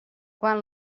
quan